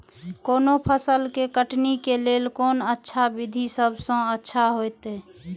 कोनो फसल के कटनी के लेल कोन अच्छा विधि सबसँ अच्छा होयत?